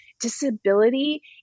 Disability